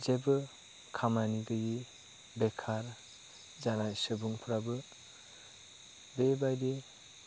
जेबो खामानि गैयै बेखार जानाय सुबुंफ्राबो बेबायदि